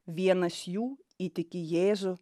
vienas jų įtiki jėzų